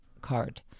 card